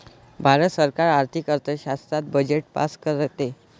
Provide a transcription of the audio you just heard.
भारत सरकार आर्थिक अर्थशास्त्रात बजेट पास करते